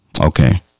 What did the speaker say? okay